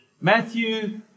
Matthew